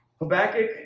Habakkuk